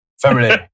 Family